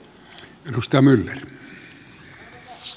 arvoisa puhemies